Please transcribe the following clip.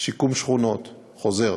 שיקום שכונות חוזר,